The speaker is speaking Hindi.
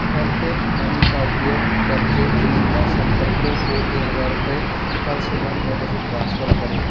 एयरटेल मनी का उपयोग कर के चुनिंदा संपर्कों को तीन हज़ार रुपये कल सुबह नौ बजे ट्रांसफ़र करें